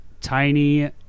tiny